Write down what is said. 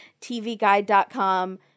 TVGuide.com